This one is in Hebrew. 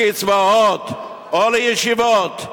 לקצבאות או לישיבות.